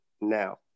now